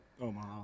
Omaha